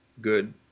good